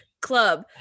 club